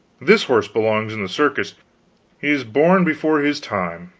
this horse belongs in the circus he is born before his time.